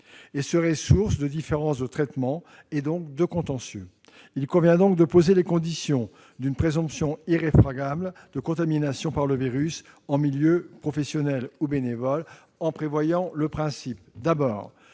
serait source de différences de traitement, et donc de contentieux. Il convient de poser les conditions d'une présomption irréfragable de contamination par le virus en milieu professionnel ou bénévole en définissant par